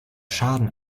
schaden